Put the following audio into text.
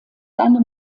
seine